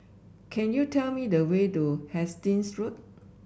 can you tell me the way to Hastings Road